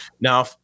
now